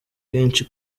kenshi